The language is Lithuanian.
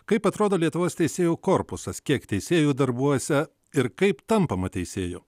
kaip atrodo lietuvos teisėjų korpusas kiek teisėjų darbuose ir kaip tampama teisėju